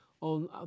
on